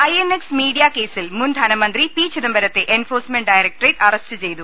I N X media കേസിൽ മുൻ ധനമന്ത്രി പി ചിദം ബരത്തെ എൻഫോഴ്സ്മെന്റ് ഡയറക്ടറേറ്റ് അറസ്റ്റു ചെയ്തു